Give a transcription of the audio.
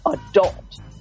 adult